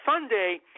Sunday